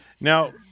Now